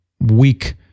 weak